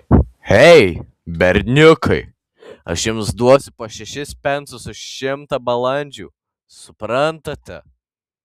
ei berniukai aš jums duosiu po šešis pensus už šimtą balandžių suprantate